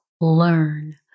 learn